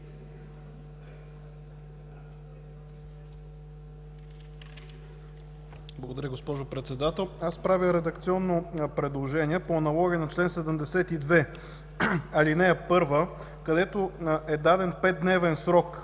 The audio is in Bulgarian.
Благодаря, госпожо Председател.